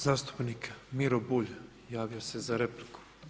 Zastupnik Miro Bulj javio se za repliku.